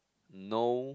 no